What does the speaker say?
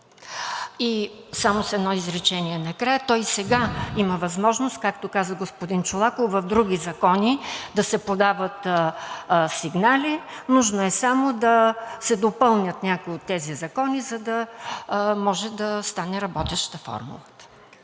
Само с едно изречение накрая. То и сега има възможност, както каза господин Чолаков, в други закони да се подават сигнали. Нужно е само да се допълнят някои от тези закони, за да може да стане работеща формулата.